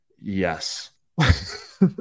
Yes